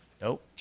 Nope